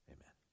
Amen